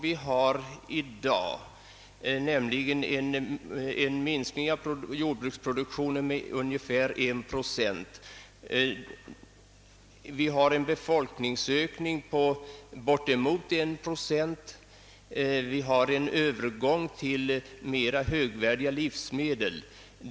Vi har en jordbruksproduktion som minskar med ungefär 1 procent om året, vi har en folkökning med bortåt 1 procent om året och det sker en övergång till mer högvärdiga livsmedel.